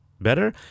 better